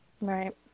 right